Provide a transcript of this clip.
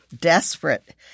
desperate